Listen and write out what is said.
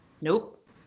Nope